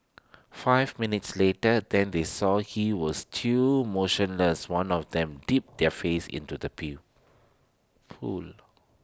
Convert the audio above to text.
five minutes later then they saw he was too motionless one of them dipped their face in to the peel pool